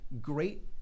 Great